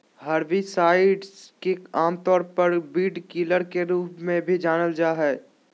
herbicides के आमतौर पर वीडकिलर के रूप में भी जानल जा हइ